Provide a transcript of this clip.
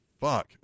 fuck